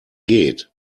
geht